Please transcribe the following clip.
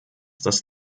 das